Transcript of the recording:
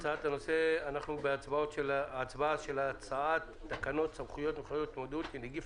אנחנו בהצבעה על הצעת תקנות סמכויות מיוחדות להתמודדות עם נגיף